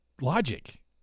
logic